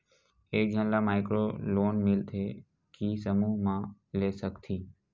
एक झन ला माइक्रो लोन मिलथे कि समूह मा ले सकती?